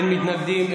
אין מתנגדים,